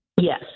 Yes